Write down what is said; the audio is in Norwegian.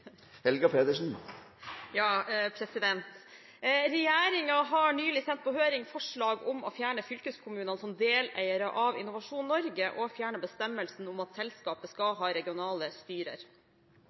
Helga Pedersen til kommunal- og moderniseringsministeren, er overført til næringsministeren som rette vedkommende. «Regjeringen har nylig sendt på høring forslag om å fjerne fylkeskommunene som deleiere av Innovasjon Norge, og fjerne bestemmelsen om at selskapet skal